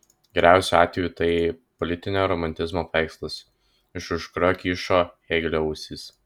geriausiu atveju tai politinio romantizmo paveikslas iš už kurio kyšo hėgelio ausys